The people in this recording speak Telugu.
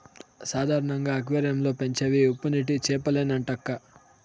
సాధారణంగా అక్వేరియం లో పెంచేవి ఉప్పునీటి చేపలేనంటక్కా